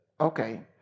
Okay